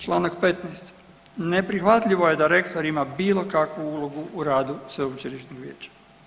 Čl. 15., neprihvatljivo je da rektor ima bilo kakvu ulogu u radu sveučilišnog vijeća.